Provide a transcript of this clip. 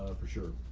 um for sure.